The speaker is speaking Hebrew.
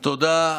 תודה.